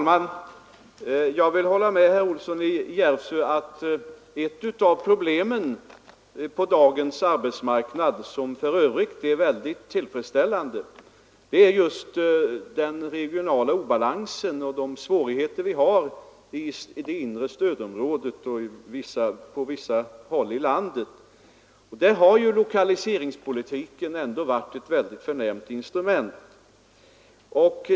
Herr talman! Jag håller med herr Olsson i Järvsö att ett av problemen på dagens arbetsmarknad, som för övrigt är mycket tillfredsställande, just är den regionala obalansen och de svårigheter vi har i det inre stödområdet och på vissa andra håll i landet. Där har lokaliseringspolitiken ändå varit ett mycket förnämligt instrument.